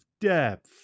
depth